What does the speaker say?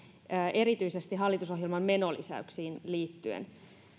erityisesti hallitusohjelman menolisäyksiin liittyen